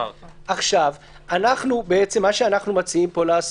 אנחנו בעצם מציעים פה לומר: